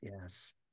Yes